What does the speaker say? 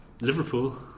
Liverpool